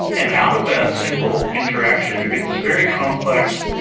and out of that simple interaction, you get this very complex,